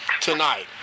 tonight